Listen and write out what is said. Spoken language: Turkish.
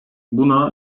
buna